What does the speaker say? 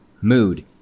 mood